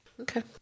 Okay